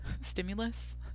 stimulus